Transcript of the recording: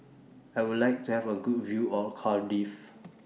I Would like to Have A Good View of Cardiff